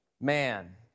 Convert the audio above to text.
man